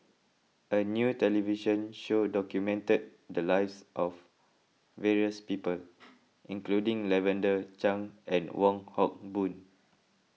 a new television show documented the lives of various people including Lavender Chang and Wong Hock Boon